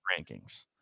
rankings